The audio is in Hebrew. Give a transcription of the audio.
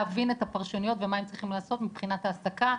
להבין את הפרשנויות ומה הם צריכים לעשות מבחינת העסקה,